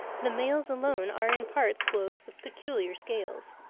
the males alone are in parts clothed with peculiar scales.